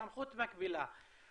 סמכות מקבילה,